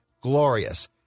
glorious